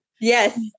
Yes